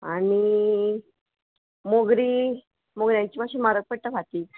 आनी मोगरी मोगऱ्यांची मात्शी म्हारग पडटा फाती